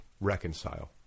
reconcile